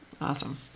Awesome